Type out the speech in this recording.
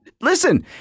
Listen